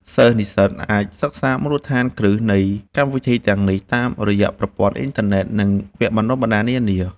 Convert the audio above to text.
សិស្សនិស្សិតអាចសិក្សាមូលដ្ឋានគ្រឹះនៃកម្មវិធីទាំងនេះតាមរយៈប្រព័ន្ធអ៊ីនធឺណិត និង វគ្គបណ្ដុះបណ្ដាលនានា។